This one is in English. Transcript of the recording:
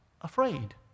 afraid